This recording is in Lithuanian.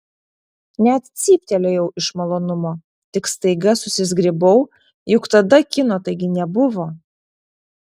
net cyptelėjau iš malonumo tik staiga susizgribau juk tada kino taigi nebuvo